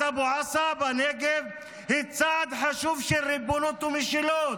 אבו עסא בנגב היא צעד חשוב של ריבונות ומשילות.